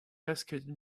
asked